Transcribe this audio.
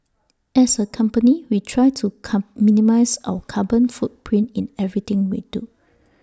as A company we try to come minimise our carbon footprint in everything we do